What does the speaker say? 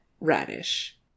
Radish